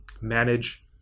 manage